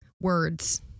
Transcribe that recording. words